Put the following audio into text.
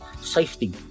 safety